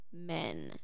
men